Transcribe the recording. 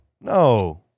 no